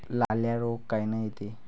लाल्या रोग कायनं येते?